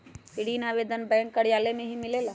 ऋण आवेदन बैंक कार्यालय मे ही मिलेला?